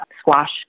squash